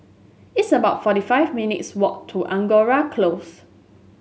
it's about forty five minutes' walk to Angora Close